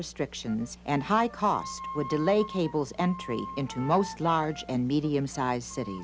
restrictions and high costs would delay cables entry into most large and medium sized cit